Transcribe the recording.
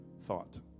thought